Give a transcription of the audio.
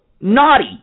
Naughty